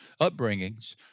upbringings